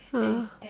H